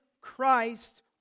Christ